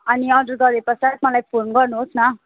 अनि अर्डर गरे पश्चात मलाई फोन गर्नुहोस् न